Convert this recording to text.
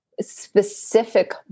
specific